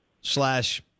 slash